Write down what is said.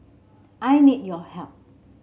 I need your help